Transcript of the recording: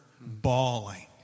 bawling